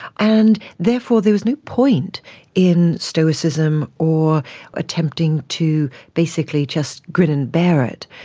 and therefore there was no point in stoicism or attempting to basically just grin and bear it.